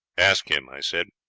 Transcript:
ask him i said,